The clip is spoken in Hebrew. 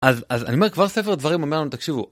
אז אני אומר כבר ספר דברים אומר לנו, תקשיבו